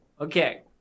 Okay